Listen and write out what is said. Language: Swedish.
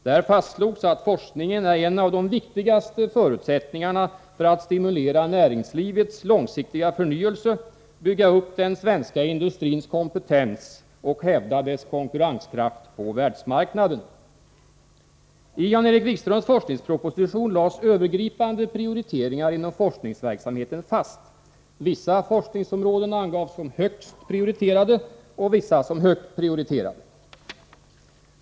Där fastslogs att forskningen är en av de viktigaste förutsättningarna för att stimulera näringslivets långsiktiga förnyelse, bygga upp den svenska industrins kompetens och hävda dess konkurrenskraft på världsmarknaden. 19 I Jan-Erik Wikströms forskningsproposition lades övergripande prioriteringar inom forskningsverksamheten fast. Vissa forskningsområden angavs som högst prioriterade och vissa som högt prioriterade.